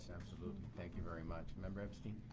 absolutely. thank you very much. member epstein?